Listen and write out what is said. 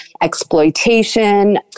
exploitation